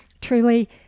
Truly